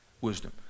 Wisdom